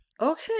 Okay